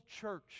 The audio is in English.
church